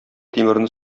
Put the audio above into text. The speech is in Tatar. тимерне